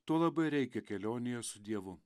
tuo labai reikia kelionėje su dievu